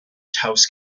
taos